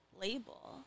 label